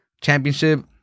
championship